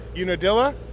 Unadilla